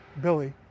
Billy